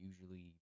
usually